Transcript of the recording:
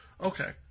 Okay